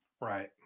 Right